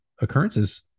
occurrences